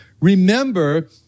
remember